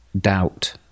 doubt